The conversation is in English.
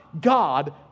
God